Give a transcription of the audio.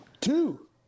two